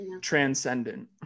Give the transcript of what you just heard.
Transcendent